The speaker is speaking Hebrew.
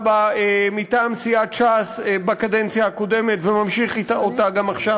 מטעם סיעת ש"ס בקדנציה הקודמת וממשיך אותה גם עכשיו,